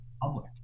public